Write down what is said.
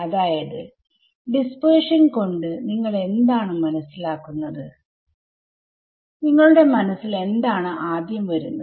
അതായത് ഡിസ്പെർഷൻ കൊണ്ട് നിങ്ങൾ എന്താണ് മനസ്സിലാക്കുന്നത് നിങ്ങളുടെ മനസ്സിൽ എന്താണ് ആദ്യം വരുന്നത്